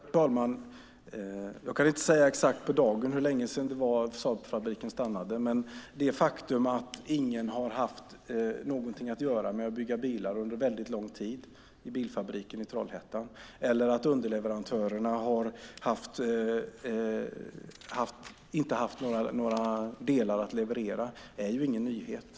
Fru talman! Jag kan inte säga exakt på dagen hur länge sedan det var Saabfabriken stannade. Men det faktum att ingen har haft någonting att göra med att bygga bilar under en väldigt lång tid i bilfabriken i Trollhättan eller att underleverantörerna inte har haft några delar att leverera är ju ingen nyhet.